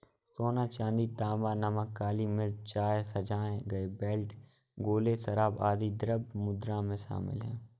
सोना, चांदी, तांबा, नमक, काली मिर्च, चाय, सजाए गए बेल्ट, गोले, शराब, आदि द्रव्य मुद्रा में शामिल हैं